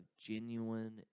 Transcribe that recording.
genuine